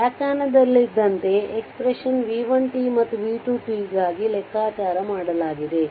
ವ್ಯಾಖ್ಯಾನದಲ್ಲಿದ್ದಂತೆಎಕ್ಸ್ಪ್ರೆಶನ್ v1t ಮತ್ತು v2 t ಗಾಗಿ ಲೆಕ್ಕಾಚಾರ ಮಾಡಲಾಗಿದೆ